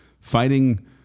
fighting